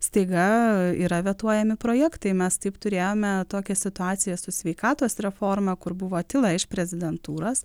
staiga yra vetuojami projektai mes taip turėjome tokią situaciją su sveikatos reforma kur buvo tyla iš prezidentūros